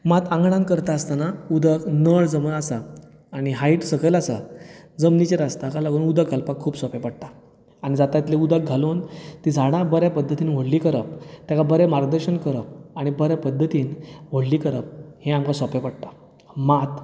मात आंगणांत करता आसतना उदक नळ समज आसा आनी हायट सकयल आसा जमनीचेर आसा ताका लागून उदक घालपाक खूब सोंपें पडटा आनी जाता तितलें उदक घालून तीं झाडां बऱ्या पद्धतीन व्हडलीं करप ताका बरें मार्गदर्शन करप आनी बऱ्या पद्धतीन व्हडलीं करप हें आमकां सोंपें पडटा मात